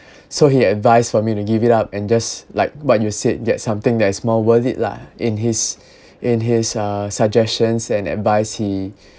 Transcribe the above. so he advised for me to give it up and just like what you said get something that is more worth it lah in his in his uh suggestions and advice he